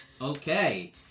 Okay